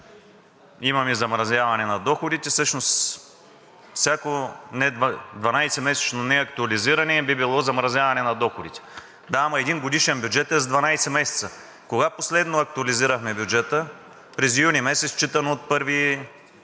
имаме замразяване на доходите. Всъщност всяко 12-месечно неактуализиране би било замразяване на доходите. Да, ама един годишен бюджет е с 12 месеца. Кога последно актуализирахме бюджета – през юни месец, считано от 1 юли.